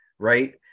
right